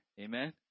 amen